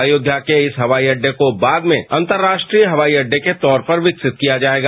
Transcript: अयोध्या के इस हवाई अड्डे को बाद में अंतर्राष्ट्रीय हवाई अड्डे के तौर पर विकसित किया जाएगा